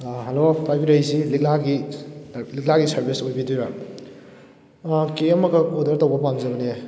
hello ꯄꯥꯏꯕꯤꯔꯛꯂꯤꯁꯤ ꯂꯤꯛꯂꯥꯒꯤ ꯂꯤꯛꯂꯥꯒꯤ ꯁꯥꯔꯕꯤꯁ ꯑꯣꯏꯕꯤꯗꯣꯏꯔꯥ ꯑꯗꯣ ꯀꯦꯛ ꯑꯃꯈꯛ ꯑꯣꯗꯔ ꯇꯧꯕ ꯄꯥꯝꯖꯕꯅꯦ